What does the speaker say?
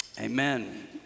amen